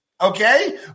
okay